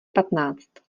patnáct